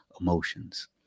emotions